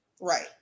Right